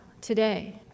today